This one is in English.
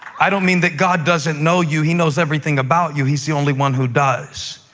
i don't mean that god doesn't know you. he knows everything about you. he's the only one who does.